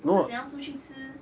不是经要出去吃